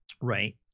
right